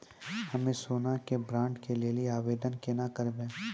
हम्मे सोना के बॉन्ड के लेली आवेदन केना करबै?